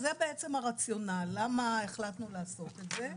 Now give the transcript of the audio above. זה בעצם הרציונל למה החלטנו לעשות את זה,